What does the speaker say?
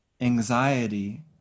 anxiety